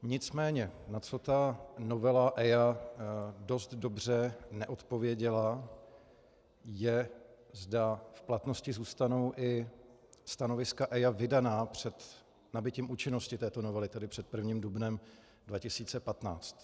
Nicméně na co ta novela EIA dost dobře neodpověděla, je, zda v platnosti zůstanou i stanoviska EIA vydaná před nabytím účinnosti této novely, tedy před 1. dubnem 2015.